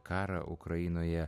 karą ukrainoje